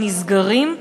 נסגרים,